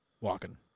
walking